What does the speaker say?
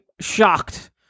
shocked